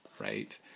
right